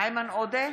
איימן עודה,